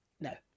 No